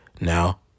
Now